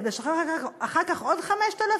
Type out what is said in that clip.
כדי לשחרר אחר כך עוד 5,000?